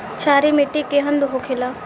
क्षारीय मिट्टी केहन होखेला?